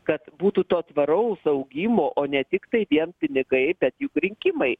kad būtų to tvaraus augimo o ne tiktai vien pinigai bet juk rinkimai